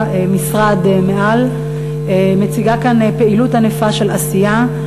משרד מעל מציגה כאן פעילות ענפה של עשייה.